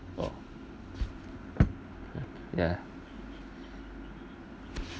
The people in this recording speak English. ya